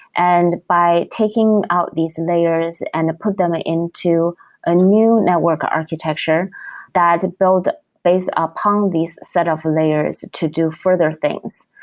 and by taking out these layers and put them ah into a new network architecture that build based upon these set of layers to do further things.